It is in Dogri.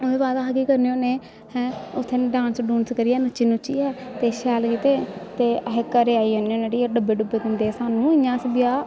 ओह्दे बाद अस केह् करने होन्ने हैं उत्थै डांस डून्स करियै नच्ची नुच्चियै ते शैल कीते ते अस घरै गी आई जन्ने होन्ने ठीक ऐ डब्बे डुब्बे दिंदे सानूं इ'यां अस ब्याह्